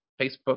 Facebook